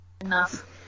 enough